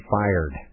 fired